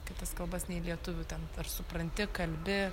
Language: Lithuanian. kitas kalbas nei lietuvių ten ar supranti kalbi